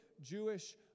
Jewish